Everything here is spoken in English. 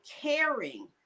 caring